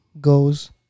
goes